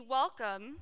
welcome